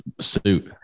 suit